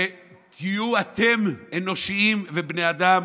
ותהיו אתם אנושיים ובני אדם.